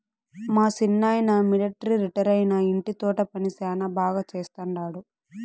మా సిన్నాయన మిలట్రీ రిటైరైనా ఇంటి తోట పని శానా బాగా చేస్తండాడు